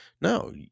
No